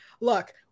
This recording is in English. Look